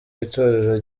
itorero